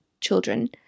children